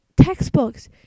textbooks